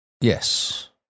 Yes